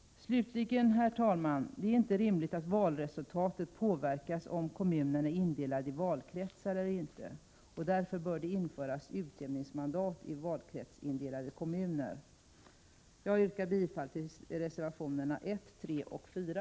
Slutligen, herr talman, är det inte rimligt att valresultatet påverkas av om kommunerna är indelade i valkretsar eller inte. Därför bör det införas utjämningsmandat i valkretsindelade kommuner. Herr talman! Jag yrkar bifall till reservationerna 1, 3 och 4.